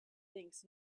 thinks